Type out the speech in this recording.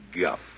guff